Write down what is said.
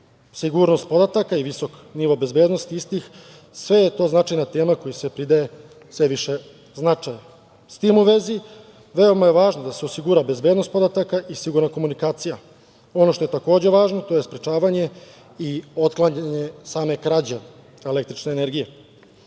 Sigurnost podataka i visok nivo bezbednosti istih, sve je to značajna tema kojoj se pridaje sve više značaj.S tim u vezi veoma je važno da se osigura bezbednost podataka i sigurna komunikacija. Ono što je takođe važno to je sprečavanje i otklanjanje same krađe električne energije. Na